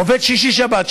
עובד שישי-שבת.